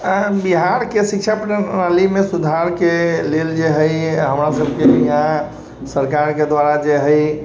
बिहारके शिक्षा प्रणालीमे सुधारके लेल जे हइ हमरा सभके यहाँ सरकारके दुआरा जे हइ